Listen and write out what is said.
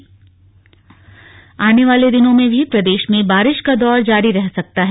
मौसम आने वाले दिनों में भी प्रदेश में बारिश का दौर जारी रह सकता है